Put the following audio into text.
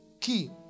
key